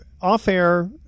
off-air